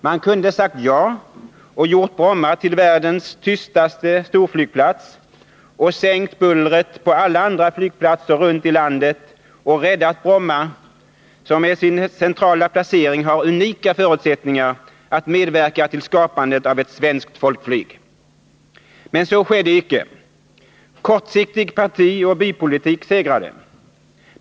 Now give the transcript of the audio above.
Man kunde ha sagt ja och gjort Bromma till världens tystaste storflygplats och sänkt bullret på alla andra flygplatser runt om i landet — och räddat Bromma, som med sin centrala placering har unika förutsättningar att medverka till skapandet av ett svenskt folkflyg. Men så skedde icke. Kortsiktig partioch bypolitik segrade.